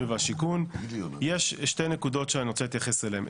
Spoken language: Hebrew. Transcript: והשיכון יש שתי נקודות שאני רוצה להתייחס אליהם.